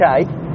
okay